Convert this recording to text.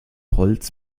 holz